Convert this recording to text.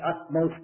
utmost